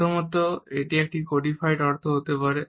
প্রথমত এটি একটি কোডিফাইড অর্থ হতে পারে